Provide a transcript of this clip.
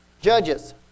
Judges